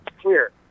clear